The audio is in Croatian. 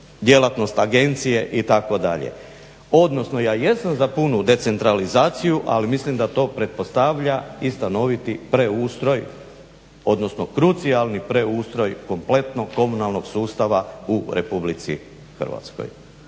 djelatnost agencije itd. odnosno ja jesam za punu decentralizaciju, ali mislim da to pretpostavlja i stanoviti preustroj odnosno krucijalni preustroj kompletno komunalnog sustava u Republici Hrvatskoj.